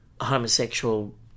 homosexual